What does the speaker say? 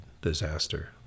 disaster